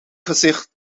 gezicht